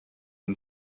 den